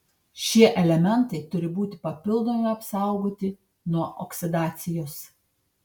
šie elementai turi būti papildomai apsaugoti nuo oksidacijos